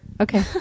okay